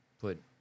put